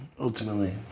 ultimately